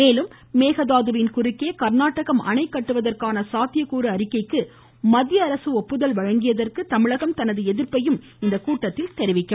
மேலும் மேகதாதுவின் குறுக்கே கர்நாடகம் அணை கட்டுவதற்கான சாத்தியக்கூறு அறிக்கைக்கு மத்தியஅரசு ஒப்புதல் அளித்ததற்கு தமிழகம் தனது எதிர்ப்பையும் இந்த கூட்டத்தில் தெரிவிக்க உள்ளது